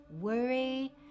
worry